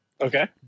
Okay